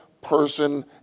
person